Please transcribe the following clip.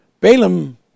Balaam